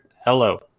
Hello